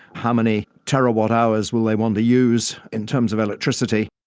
how many terawatt hours will they want to use in terms of electricity.